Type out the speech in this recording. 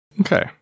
Okay